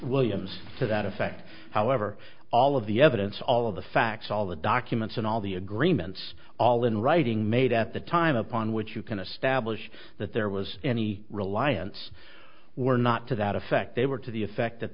williams to that effect however all of the evidence all of the facts all the documents and all the agreements all in writing made at the time upon which you can establish that there was any reliance were not to that effect they were to the effect that